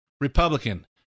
Republican